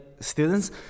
Students